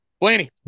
Blaney